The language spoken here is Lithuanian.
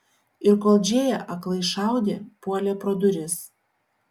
ir kol džėja aklai šaudė puolė pro duris